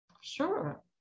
Sure